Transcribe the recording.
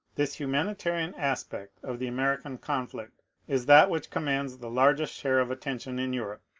this humanitarian aspect of the american conflict is that which commands the largest share of attention in europe.